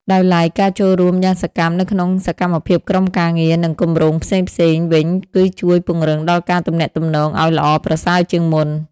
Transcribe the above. ដោយឡែកការចូលរួមយ៉ាងសកម្មនៅក្នុងសកម្មភាពក្រុមការងារ និងគម្រោងផ្សេងៗ វិញគឺជួយពង្រឹងដល់ការទំនាក់ទំនងឲ្យល្អប្រសើរជាងមុន។